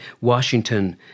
Washington